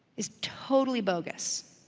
is totally bogus.